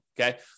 okay